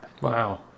Wow